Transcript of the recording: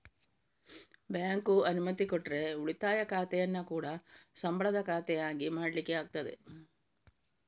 bank ಅನುಮತಿ ಕೊಟ್ರೆ ಉಳಿತಾಯ ಖಾತೆಯನ್ನ ಕೂಡಾ ಸಂಬಳದ ಖಾತೆ ಆಗಿ ಮಾಡ್ಲಿಕ್ಕೆ ಆಗ್ತದೆ